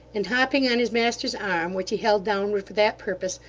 and hopping on his master's arm, which he held downward for that purpose,